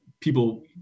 people